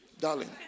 darling